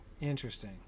Interesting